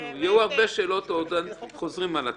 יהיו עוד הרבה שאלות, הם חוזרים על עצמם.